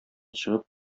чыгып